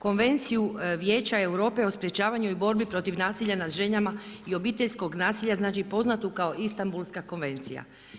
Konvenciju Vijeća Europe o sprečavanju i borbi protiv nasilja nad ženama i obiteljskog nasilja, znači poznatu kao Istanbulska konvencija.